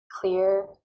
clear